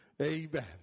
Amen